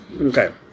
Okay